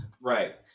Right